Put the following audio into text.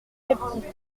captif